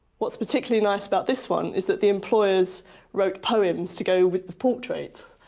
what's particularly nice about this one is that the employers wrote poems to go with the portrait.